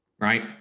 right